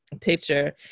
picture